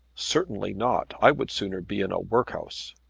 certainly not. i would sooner be in a workhouse.